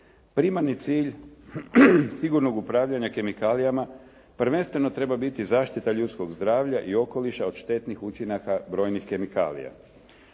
Primarni cilj sigurnog upravljanja kemikalijama prvenstveno treba biti zaštita ljudskog zdravlja i okoliša od štetnih učinaka brojnih kemikalija.